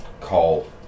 call